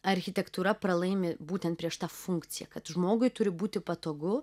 architektūra pralaimi būtent prieš tą funkciją kad žmogui turi būti patogu